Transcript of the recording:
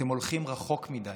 אתם הולכים רחוק מדי.